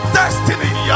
destiny